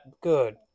good